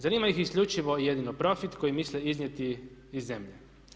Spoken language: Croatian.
Zanima ih isključivo i jedino profit koji misle iznijeti iz zemlje.